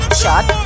shot